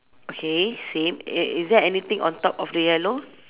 okay same i~ is there anything on top of the yellow